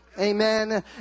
amen